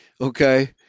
Okay